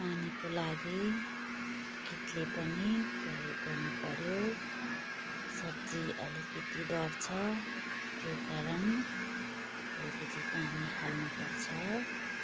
पानीको लागि कित्ली पनि प्रयोग गर्नुपऱ्यो सब्जी अलिकति डढ्छ त्यो कारण अलिकति पानी हाल्नुपर्छ